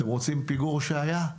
אתם רוצים פיגור שהיה?